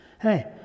Hey